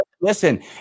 listen